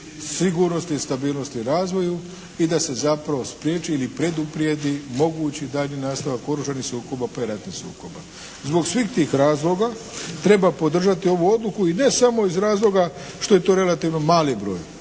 sigurnosti, stabilnosti i razvoju i da se zapravo spriječi ili preduprijedi mogući i daljnji nastavak oružanih sukoba te ratnih sukoba. Zbog svih tih razloga treba podržati ovu odluku i ne samo iz razloga što je to relativno mali broj